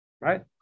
Right